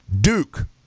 Duke